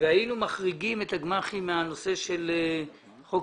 והיינו מחריגים את הגמ"חים מהנושא של חוק